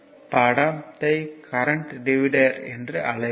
படம் ஐ current divider என்று அழைப்போம்